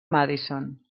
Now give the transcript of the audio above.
madison